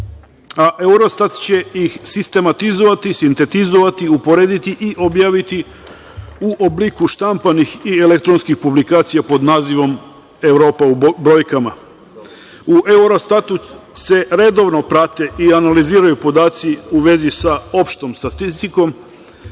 Eurostat će ih sistematizovati, sintetizovati, uporediti i objaviti u obliku štampanih i elektronskih publikacija, pod nazivom "Evropa u brojkama".U Eurostatu se redovno prate i analiziraju podaci u vezi sa opštom statistikom,